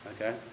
Okay